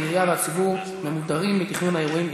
העירייה והציבור ממודרים מתכנון האירועים,